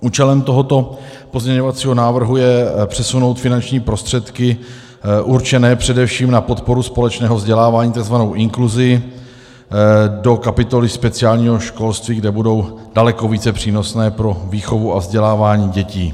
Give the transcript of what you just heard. Účelem tohoto pozměňovacího návrhu je přesunout finanční prostředky určené především na podporu společného vzdělávání, takzvanou inkluzi, do kapitoly speciální školství, kde budou daleko více přínosné pro výchovu a vzdělávání dětí.